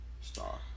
star